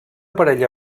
parella